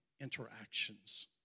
interactions